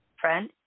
friend